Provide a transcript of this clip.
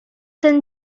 ten